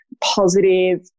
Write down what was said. positive